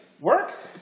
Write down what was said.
work